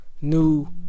new